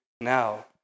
now